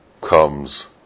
comes